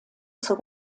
zur